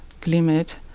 climate